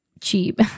cheap